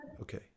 Okay